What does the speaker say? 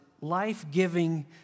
life-giving